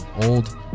old